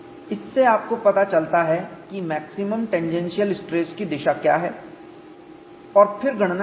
इससे आपको पता चलता है कि मैक्सिमम टेंजेंशियल स्ट्रेस की दिशा क्या है और फिर गणना कीजिए